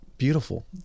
Beautiful